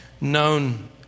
Known